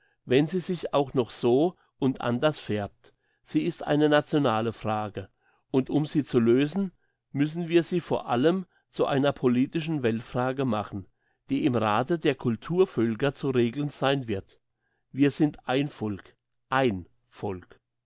wenn sie sich auch noch so und anders färbt sie ist eine nationale frage und um sie zu lösen müssen wir sie vor allem zu einer politischen weltfrage machen die im rathe der culturvölker zu regeln sein wird wir sind ein volk ein volk